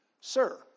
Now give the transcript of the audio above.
Sir